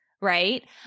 right